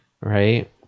right